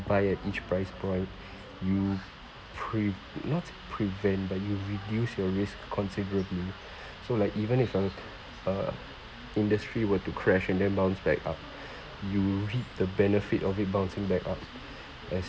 buy at each price point you pre~ not prevent but you reduce your risk considerably so like even if err uh industry were to crash and then bounce back up you reap the benefit of it bouncing back up as